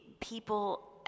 people